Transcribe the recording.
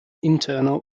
internal